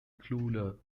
cooler